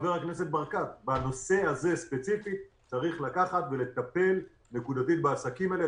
חבר הכנסת ברקת: בנושא הזה ספציפית צריך לטפל נקודתית בעסקים האלה,